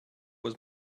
was